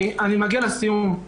אני מגיע לסיום.